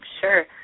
Sure